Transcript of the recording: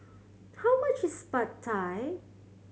how much is Pad Thai